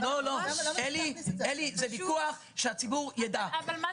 הקרן של סעיף 74 זה שירותים לילדים --- מה?